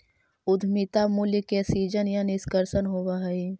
उद्यमिता मूल्य के सीजन या निष्कर्षण होवऽ हई